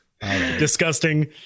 Disgusting